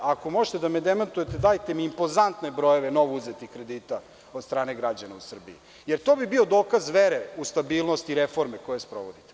Ako možete da me demantujete, dajte mi impozantne brojeve novouzetih kredita od strane građana u Srbiji, jer to bi bio dokaz vere u stabilnost i reforme koje sprovodite.